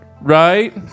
Right